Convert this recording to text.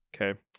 okay